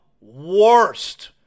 worst